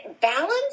balance